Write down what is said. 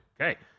Okay